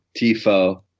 TIFO